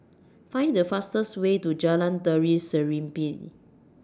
Find The fastest Way to Jalan Tari Serimpi